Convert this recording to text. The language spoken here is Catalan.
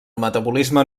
metabolisme